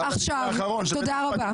תודה רבה.